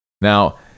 Now